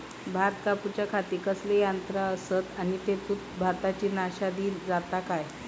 भात कापूच्या खाती कसले यांत्रा आसत आणि तेतुत भाताची नाशादी जाता काय?